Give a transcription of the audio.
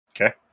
okay